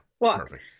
perfect